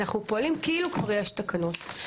שאנחנו פועלים כאילו כבר יש תקנות.